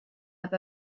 have